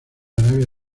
arabia